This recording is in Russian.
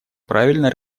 правильно